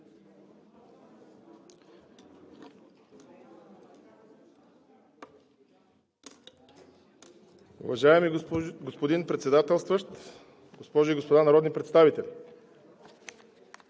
Уважаеми господин Председателстващ, госпожи и господа народни представители!